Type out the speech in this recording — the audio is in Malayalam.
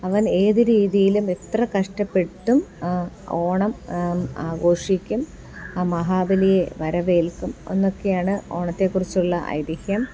അവൻ ഏത് രീതിയിലും എത്ര കഷ്ടപ്പെട്ടും ഓണം ആഘോഷിക്കും ആ മഹാബലിയെ വരവേൽക്കും എന്നൊക്കെയാണ് ഓണത്തെക്കുറിച്ചുള്ള ഐതിഹ്യം